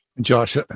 Josh